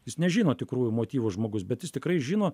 jis nežino tikrųjų motyvų žmogus bet jis tikrai žino